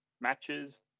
matches